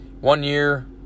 one-year